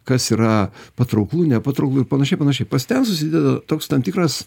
kas yra patrauklu nepatrauklu ir panašiai panašiai pas ten susideda toks tam tikras